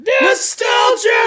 nostalgia